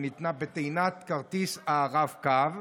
שניתנה בטעינת כרטיס הרב-קו.